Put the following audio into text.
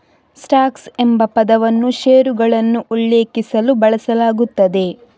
stocks ಎಂಬ ಪದವನ್ನು ಷೇರುಗಳನ್ನು ಉಲ್ಲೇಖಿಸಲು ಬಳಸಲಾಗುತ್ತದೆ